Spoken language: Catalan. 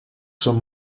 són